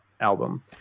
album